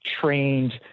trained